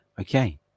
Okay